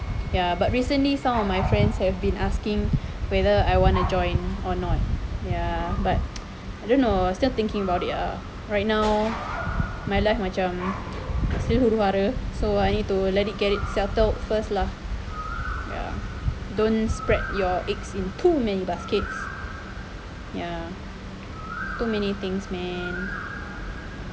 ya but recently some of my friends have been asking whether I want to join or not ya but I don't know still thinking about it right now my life macam still huru-hara so I need to let it get it settled first lah don't spread your eggs in two many basket ya too many things man